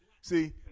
See